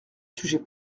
sujet